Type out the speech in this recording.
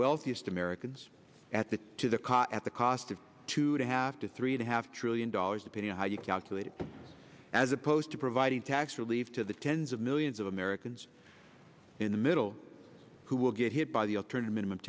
wealthiest americans at that to the cause at the cost of two to have to three to have trillion dollars depending on how you calculate it as opposed to providing tax relief to the tens of millions of americans in the middle who will get hit by the alternative minimum